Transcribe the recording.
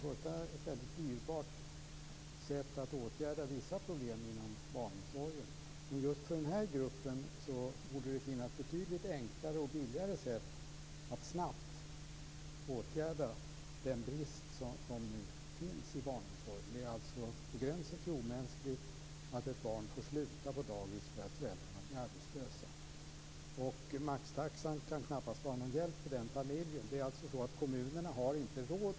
Det är framför allt ett dyrbart sätt att lösa vissa problem inom barnomsorgen. Men just för den gruppen borde det finnas betydligt enklare och billigare sätt att snabbt åtgärda den brist som nu finns i barnomsorgen. Det är på gränsen till omänskligt att ett barn får sluta på dagis för att föräldrarna blir arbetslösa. Maxtaxan kan knappast vara någon hjälp för den familjen. Kommunerna har för närvarande inte råd.